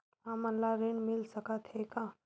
हमन ला ऋण मिल सकत हे का?